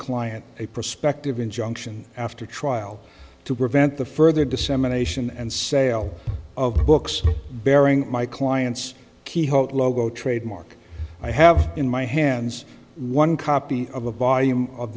client a prospective injunction after trial to prevent the further dissemination and sale of books bearing my client's keyhole logo trademark i have in my hands one copy of a volume of